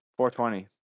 $420